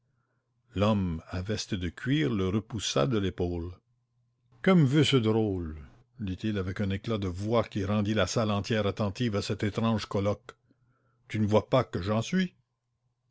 l'homme à veste de cuir le repoussa de l'épaule que me veut ce drôle dit-il avec un éclat de voix qui rendit la salle entière attentive à cet étrange colloque tu ne vois pas que j'en suis